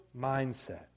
mindset